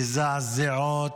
מזעזעות,